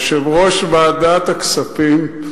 יושב-ראש ועדת הכספים,